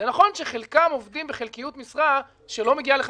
זה נכון שחלקם עובדים בחלקיות משרה שלא מגיעה ל-50%,